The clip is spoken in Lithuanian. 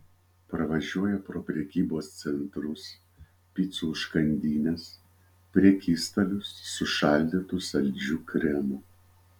pravažiuoja pro prekybos centrus picų užkandines prekystalius su šaldytu saldžiu kremu